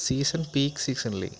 season peak season അല്ല